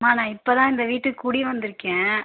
ம்மா நான் இப்போ தான் இந்த வீட்டுக்கு குடி வந்திருக்கேன்